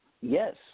yes